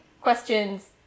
questions